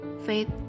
Faith